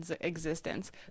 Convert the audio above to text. existence